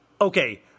Okay